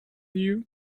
you